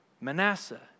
Manasseh